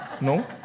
no